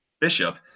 Bishop